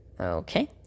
okay